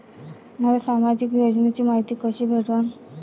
मले सामाजिक योजनेची मायती कशी भेटन?